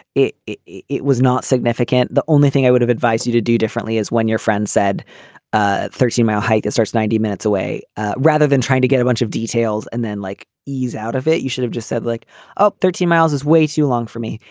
it it was not significant, the only thing i would have advised you to do differently is when your friends said ah thirty mile hike, it starts ninety minutes away rather than trying to get a bunch of details. and then like ease out of it. you should have just said, like up thirty miles is way too long for me.